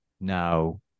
Now